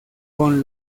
con